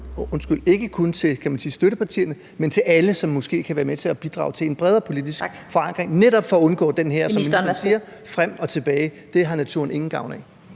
frem – ikke kun til støttepartierne, men til alle, som måske kan være med til at bidrage til en bredere politisk forankring netop for at undgå det her, som ministeren siger, med frem og tilbage; det har naturen ingen gavn af.